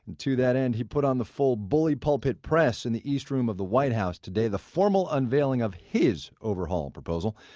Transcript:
to that end he put on the full bully-pulpit press in the east room of the white house today. the formal unveiling of his overhaul proposal.